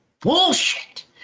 bullshit